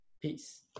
peace